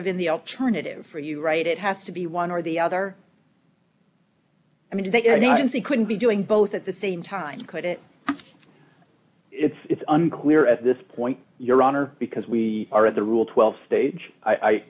of in the alternative for you right it has to be one or the other i mean they can see couldn't be doing both at the same time could it it's unclear at this point your honor because we are at the rule twelve stage i i